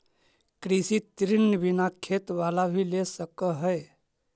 कृषि ऋण बिना खेत बाला भी ले सक है?